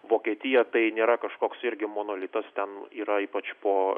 vokietija tai nėra kažkoks irgi monolitas ten yra ypač po